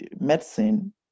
medicine